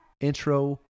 intro